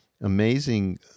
amazing